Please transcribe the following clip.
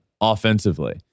offensively